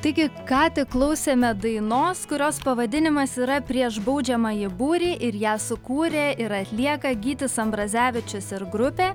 taigi ką tik klausėme dainos kurios pavadinimas yra prieš baudžiamąjį būrį ir ją sukūrė ir atlieka gytis ambrazevičius ir grupė